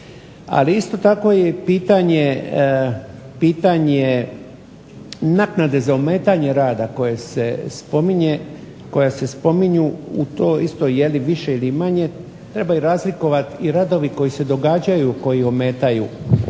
Ali isto tako i pitanje naknade za ometanje rada koje se spominje, koja se spominju u toj isto je li više ili manje trebaju razlikovati i radovi koji se događaju, koji ometaju